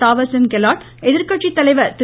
தாவர்சந்த் கெலாட் எதிர்கட்சி தலைவர் திரு